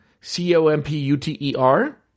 C-O-M-P-U-T-E-R